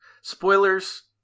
spoilers